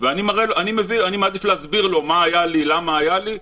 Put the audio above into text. ולכן אני מעדיף להסביר לו מה היה לי ולמה היה לי".